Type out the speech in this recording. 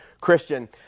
Christian